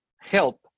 help